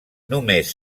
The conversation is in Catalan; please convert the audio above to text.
només